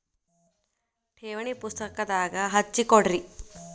ಠೇವಣಿ ಪುಸ್ತಕದಾಗ ಹಚ್ಚಿ ಕೊಡ್ರಿ